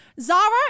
Zara